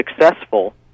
successful